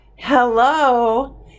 hello